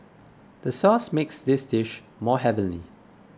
the sauce makes this dish more heavenly